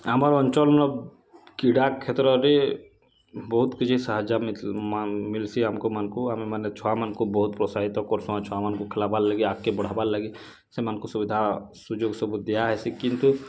ଆମର୍ ଅଞ୍ଚଲନଁ କୀଡ଼ା କ୍ଷେତ୍ରରେ ବହୁତ୍ କିଛି ସାହାଯ୍ୟ ମିଲ୍ସି ଆମ୍କୁ ମାନ୍କୁ ଆମେମାନେ ଛୁଆମାନ୍କୁ ବହୁତ୍ ପ୍ରୋତ୍ସାହିତ୍ କରସୁଁ ଛୁଆମାନ୍କୁ ଖେଲାବାର୍ ଲାଗି ଆଗ୍କେ ବଢ଼ାବାର୍ ଲାଗି ସେମାନଙ୍କୁ ସୁବିଧା ସୁଯୋଗ ସବୁ ଦିଆହେସି କିନ୍ତୁ